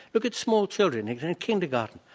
look at small children even in kindergarten,